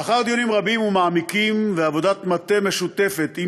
לאחר דיונים רבים ומעמיקים ועבודת מטה משותפת עם